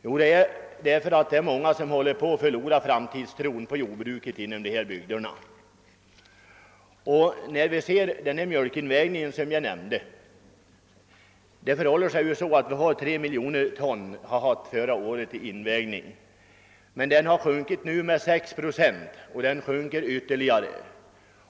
Jo, anledningen är att många håller på att förlora framtidstron på jordbruket inom dessa bygder. Såsom här förut nämnts hade vi i vårt land förra året en mjölkinvägning om ca 3 miljoner ton. Den har nu sjunkit med 6 procent och den beräknas sjunka ytterligare.